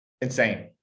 Insane